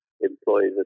employees